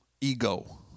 ego